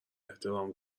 احترام